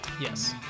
Yes